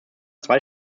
zwei